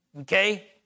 okay